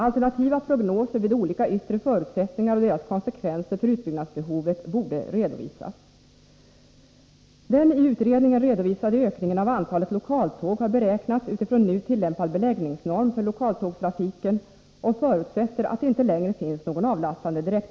Alternativa prognoser vid olika yttre förutsättningar och deras konsekvenser för utbyggnadsbehovet borde redovisas.